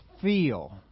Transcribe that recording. feel